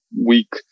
weak